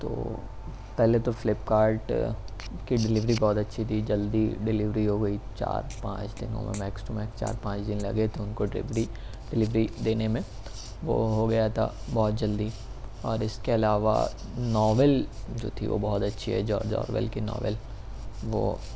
تو پہلے تو فلپکارٹ کی ڈلیوری بہت اچھی تھی جلدی ڈلیوری ہو گئی چار پانچ دنوں میں میکس ٹو میکس چار پانچ دن لگے تھے ان کو ڈلیوری ڈلیوری دینے میں وہ ہو گیا تھا بہت جلدی اور اس کے علاوہ ناول جو تھی وہ بہت اچھی ہے جارج آرویل کی ناول وہ